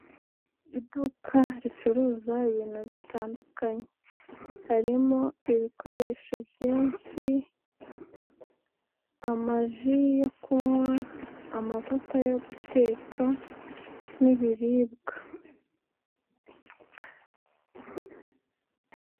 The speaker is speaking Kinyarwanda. Iduka ricuruza ibintu bitandukanye, harimo ibikoresho byinshi, amaji yo kunywa, amavuta yo guteka n'ibiribwa.